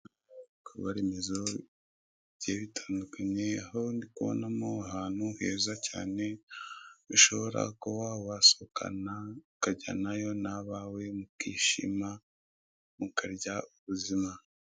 Ibikorwaremezo bigiye bitandukanye aho ndikubonamo ahantu heza cyane ushobora kuba wasohokana ukajyanayo n'abawe mu kishima mu karya ubuzima.